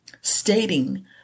stating